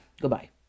Goodbye